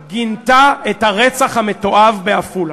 הממשלה גינתה את הרצח המתועב בעפולה,